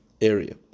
area